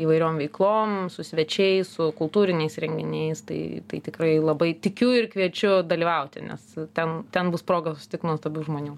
įvairiom veiklom su svečiais su kultūriniais renginiais tai tai tikrai labai tikiu ir kviečiu dalyvauti nes ten ten bus proga susitikt nuostabių žmonių